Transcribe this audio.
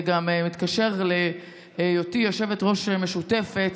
וזה גם מתקשר להיותי יושבת-ראש שותפה,